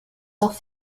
doch